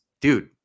dude